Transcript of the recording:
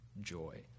joy